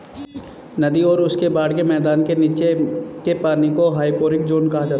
नदी और उसके बाढ़ के मैदान के नीचे के पानी को हाइपोरिक ज़ोन कहा जाता है